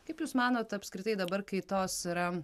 kaip jūs manot apskritai dabar kai tos yra